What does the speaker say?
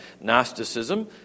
Gnosticism